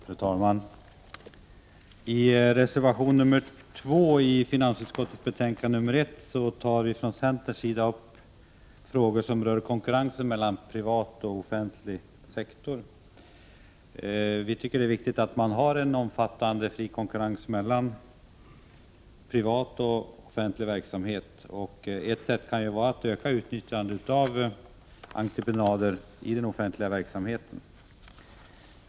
Fru talman! I reservation 2 som fogats till finansutskottets betänkande 1 tar vi från centerns sida upp frågor som rör konkurrensen mellan privat och offentlig sektor. Vi tycker att det är viktigt att det finns en omfattande fri konkurrens mellan privat och offentlig verksamhet. Ett sätt att uppnå detta kan vara att öka utnyttjandet av entreprenader i den offentliga verksamheten.